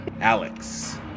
Alex